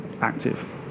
active